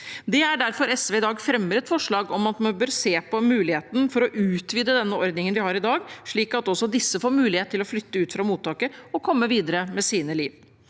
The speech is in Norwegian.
Det er derfor SV i dag fremmer et forslag om at man bør se på muligheten for å utvide den ordningen vi har i dag, slik at også disse får mulighet til å flytte ut fra mottaket og komme videre med sitt liv.